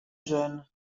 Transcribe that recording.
jeunes